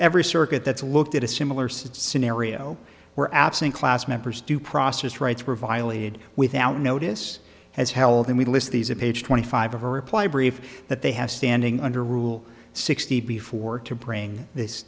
every circuit that's looked at a similar sits scenario where absent class members due process rights were violated without notice has held and we list these are page twenty five of a reply brief that they have standing under rule sixty before to bring this